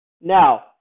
Now